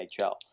NHL